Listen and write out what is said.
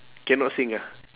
cannot sing ah